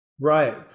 right